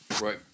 right